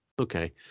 Okay